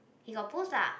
he got post lah